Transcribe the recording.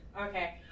Okay